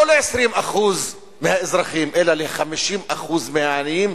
לא ל-20% מהאזרחים אלא ל-50% מהעניים,